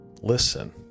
listen